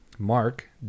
Mark